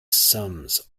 sums